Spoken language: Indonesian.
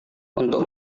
untuk